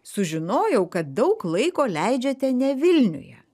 sužinojau kad daug laiko leidžiate ne vilniuje